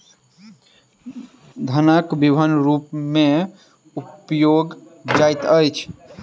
धनक विभिन्न रूप में उपयोग जाइत अछि